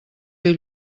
diu